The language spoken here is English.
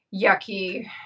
yucky